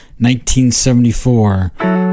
1974